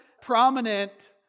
prominent